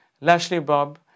Lashley-Bob